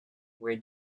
were